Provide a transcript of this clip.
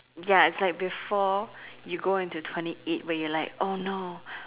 ya it's like before you go into twenty eight where you're like oh no